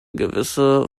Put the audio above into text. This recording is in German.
gewisse